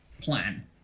plan